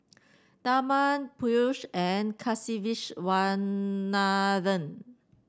Tharman Peyush and Kasiviswanathan